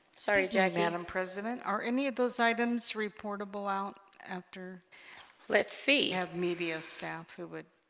sorry yeah madam president are any of those items reportable out after let's see have media staff who would